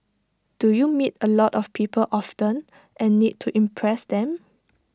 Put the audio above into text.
do you meet A lot of people often and need to impress them